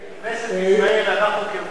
כנסת ישראל, אנחנו כמחוקקים